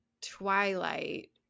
twilight